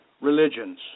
religions